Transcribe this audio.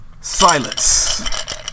Silence